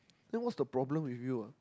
then what's the problem with you ah